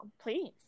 Please